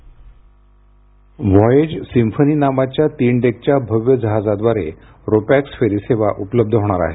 ध्वनी Voyage Symphony नावाच्या तीन डेकच्या भव्य जहाजाद्वारे रोपॅक्स फेरीसेवा उपलब्ध होणार आहे